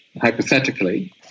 hypothetically